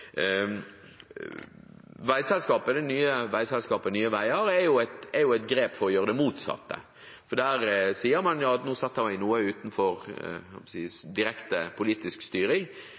Det nye veiselskapet Nye Veier er et grep for å gjøre det motsatte, for der sier man at man nå setter noe utenfor direkte politisk styring. Jeg husker presentasjonen av dette. Det var nærmest et hederstegn å sette noe utenfor politisk styring,